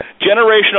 Generational